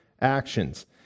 actions